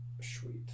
sweet